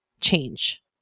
change